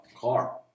car